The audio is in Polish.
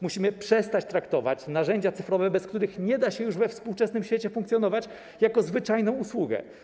Musimy przestać traktować narzędzia cyfrowe, bez których nie da się już we współczesnym świecie funkcjonować, jak zwyczajną usługę.